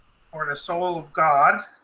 or the soul of god,